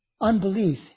unbelief